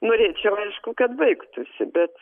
norėčiau aišku kad baigtųsi bet